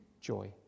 joy